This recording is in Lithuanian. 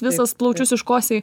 visas plaučius iškosėji